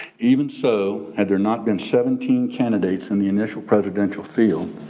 even so, had there not been seventeen candidates in the initial presidential field,